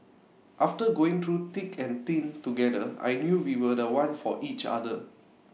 after going through thick and thin together I knew we were The One for each other